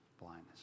blindness